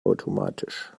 automatisch